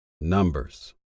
Numbers